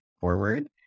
forward